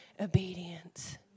obedience